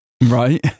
Right